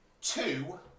Two